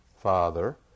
Father